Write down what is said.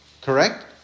Correct